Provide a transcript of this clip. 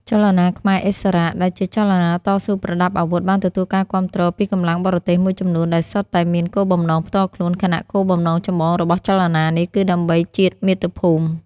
ចលនាខ្មែរឥស្សរៈ ដែលជាចលនាតស៊ូប្រដាប់អាវុធ បានទទួលការគាំទ្រពីកម្លាំងបរទេសមួយចំនួន ដែលសុទ្ធតែមានគោលបំណងផ្ទាល់ខ្លួន ខណៈគោលបំណងចម្បងរបស់ចលនានេះគឺដើម្បីជាតិមាតុភូមិ។